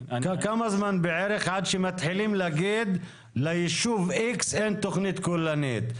כמה זמן בערך עד שמתחילים להגיד לישוב X אין תכנית כוללנית,